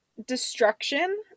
Destruction